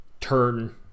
turn